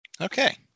Okay